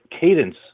cadence